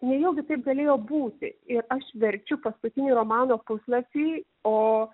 nejaugi taip galėjo būti ir aš verčiu paskutinį romano puslapį o